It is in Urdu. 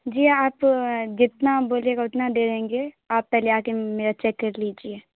جی آپ جتنا بولیے گا اتنا دے دیں گے آپ پہلے آ کے میرا چیک کرلیجیے